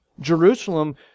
Jerusalem